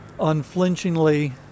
unflinchingly